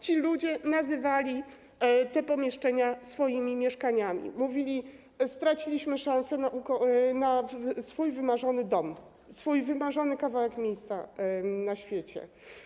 Ci ludzie nazywali te pomieszczenia swoimi mieszkaniami, mówili: straciliśmy szansę na swój wymarzony dom, na swój wymarzony kawałek miejsca na świecie.